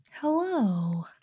Hello